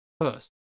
first